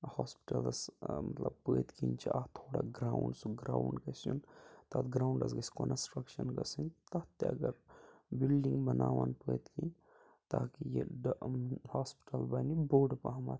ٲں ہاسپِٹَلَس ٲں مطلب پٔتۍ کِنۍ چھُ اَتھ تھوڑا گرٛاوُنٛڈ سُہ گرٛاوُنٛڈ گَژھہِ یُن تَتھ گرٛاوُنٛڈَس گَژھہِ کَنَسٹرٛکشَن گَژھٕنۍ تَتھ تہِ اگر بِلڈِنٛگ بَنایَن پٔتۍ کِنۍ تاکہِ یہِ ڈ ہاسپِٹَل بَنہِ بوٚڑ پَہمَتھ